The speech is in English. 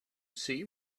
see